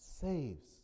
saves